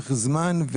ולאורך זמן,